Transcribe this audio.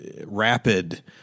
rapid